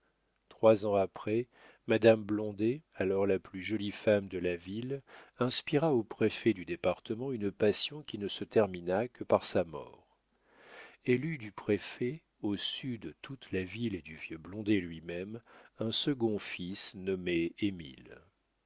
trois ans après madame blondet alors la plus jolie femme de la ville inspira au préfet du département une passion qui ne se termina que par sa mort elle eut du préfet au su de toute la ville et du vieux blondet lui-même un second fils nommé émile